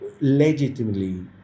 legitimately